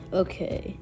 okay